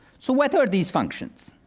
so what are these functions?